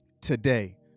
today